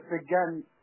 again